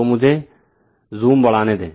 तो मुझे ज़ूम बढ़ाने दें